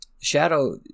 Shadow